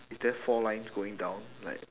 is there four lines going down like